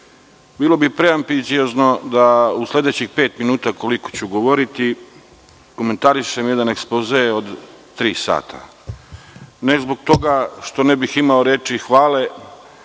bilo bi preambiciozno da u sledećih pet minuta, koliko ću govoriti, komentarišem jedan ekspoze od tri sata. Ne zbog toga što ne bih imao reči hvale,